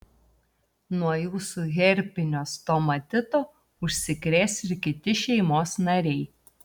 nuo jūsų herpinio stomatito užsikrės ir kiti šeimos nariai